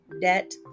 debt